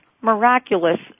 miraculous